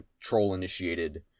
troll-initiated